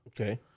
Okay